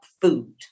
food